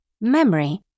Memory